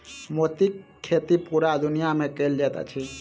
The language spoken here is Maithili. मोतीक खेती पूरा दुनिया मे कयल जाइत अछि